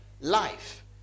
life